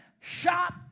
shop